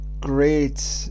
great